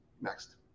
next